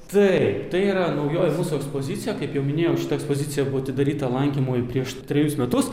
taip tai yra naujoji mūsų ekspozicija kaip jau minėjau ekspozicija buvo atidaryta lankymui prieš trejus metus